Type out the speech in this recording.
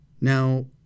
Now